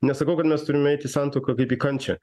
nesakau kad mes turim eit į santuoką kaip į kančią